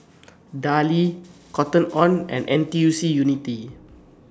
Darlie Cotton on and N T U C Unity